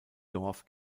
dorf